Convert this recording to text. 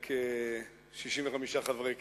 לא פחות ולא יותר, כ-65 חברי כנסת.